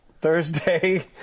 Thursday